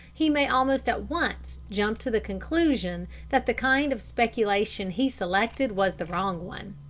he may almost at once jump to the conclusion that the kind of speculation he selected was the wrong one.